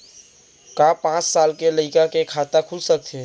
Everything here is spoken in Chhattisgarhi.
का पाँच साल के लइका के खाता खुल सकथे?